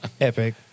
epic